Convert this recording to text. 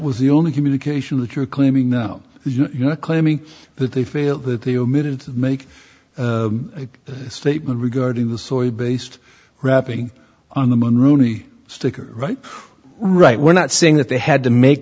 was the only communication that you're claiming no you you're claiming that they feel that they omitted to make a statement regarding the soy based rapping on the men really sticker right right we're not saying that they had to make